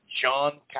John